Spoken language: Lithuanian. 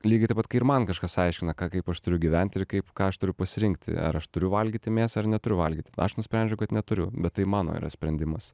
lygiai taip pat kai ir man kažkas aiškina ką kaip aš turiu gyventi ir kaip ką aš turiu pasirinkti ar aš turiu valgyti mėsą ar neturiu valgyti aš nusprendžiau kad neturiu bet tai mano yra sprendimas